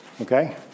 Okay